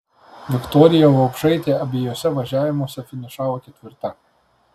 viktorija vaupšaitė abiejuose važiavimuose finišavo ketvirta